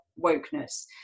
wokeness